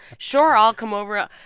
sure, i'll come over. ah